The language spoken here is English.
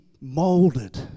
molded